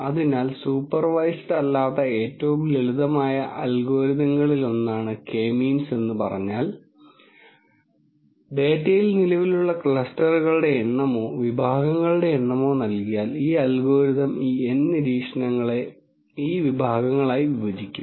അതിനാൽ സൂപ്പർവൈസ്ഡ് അല്ലാത്ത ഏറ്റവും ലളിതമായ അൽഗോരിതങ്ങളിലൊന്നാണ് കെ മീൻസ് എന്ന് പറഞ്ഞാൽ ഡാറ്റയിൽ നിലവിലുള്ള ക്ലസ്റ്ററുകളുടെ എണ്ണമോ വിഭാഗങ്ങളുടെ എണ്ണമോ നൽകിയാൽ ഈ അൽഗോരിതം ഈ N നിരീക്ഷണങ്ങളെ ഈ വിഭാഗങ്ങളായി വിഭജിക്കും